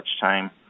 time